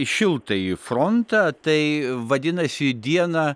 šiltąjį frontą tai vadinasi dieną